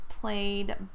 played